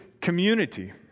community